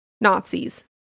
Nazis